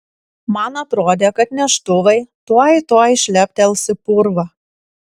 man atrodė kad neštuvai tuoj tuoj šleptels į purvą